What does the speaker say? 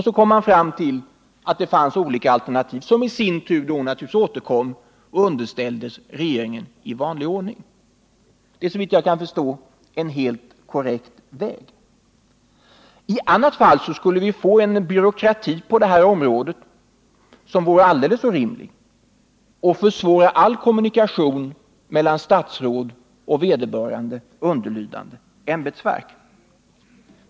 Då kom man fram till att det fanns olika alternativ, som naturligtvis återkom och i vanlig ordning underställdes regeringen. Det är såvitt jag kan förstå en helt korrekt väg att gå. I annat fall skulle vi på detta område få en byråkrati som vore alldeles orimlig och som skulle försvåra all kommunikation mellan statsråd och vederbörande underlydande ämbetsverk.